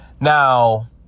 Now